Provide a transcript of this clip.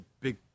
big